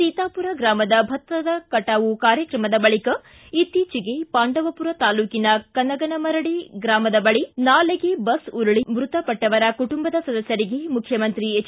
ಸೀತಾಪುರ ಗ್ರಾಮದ ಭತ್ತ ಕಟಾವು ಕಾರ್ಯಕ್ರಮದ ಬಳಿಕ ಇತ್ತೀಚೆಗೆ ಪಾಂಡವಪುರ ತಾಲ್ಲೂಕಿನ ಕನಗನಮುರಡಿ ಗ್ರಾಮದ ಬಳಿ ನಾಲೆಗೆ ಬಸ್ ಉರುಳಿ ಮೃತಪಟ್ಟವರ ಕುಟುಂಬದ ಸದಸ್ಯರಿಗೆ ಮುಖ್ಯಮಂತ್ರಿ ಹೆಚ್